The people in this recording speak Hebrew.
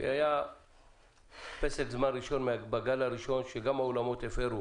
שהיה פסק זמן בגל הראשון, שגם האולמות הפרו